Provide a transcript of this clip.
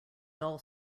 dull